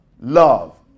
love